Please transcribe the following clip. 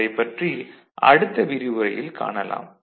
அதைப்பற்றி அடுத்த விரிவுரையில் காணலாம்